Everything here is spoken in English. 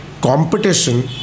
competition